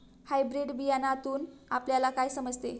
Hybrid बियाण्यातून आपल्याला काय समजते?